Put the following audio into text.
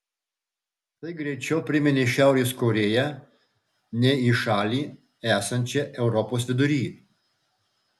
tai greičiau priminė šiaurės korėją nei į šalį esančią europos vidury